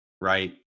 Right